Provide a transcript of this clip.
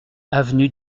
avenue